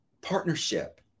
partnership